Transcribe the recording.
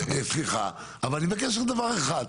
סליחה, אני מבקש רק דבר אחד.